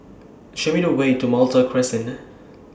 Show Me The Way to Malta Crescent